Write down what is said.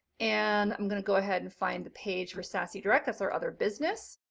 and i'm going to go ahead and find the page for sassy direct, that's our other business.